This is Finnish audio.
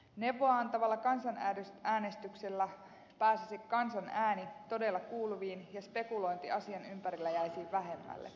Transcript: neuvoa antavalla kansanäänestyksellä pääsisi kansan ääni todella kuuluviin ja spekulointi asian ympärillä jäisi vähemmälle